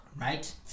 Right